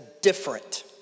different